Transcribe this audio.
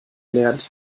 lernt